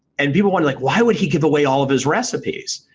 and people went like, why would he give away all of his recipes?